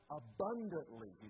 abundantly